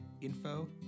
info